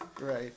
Right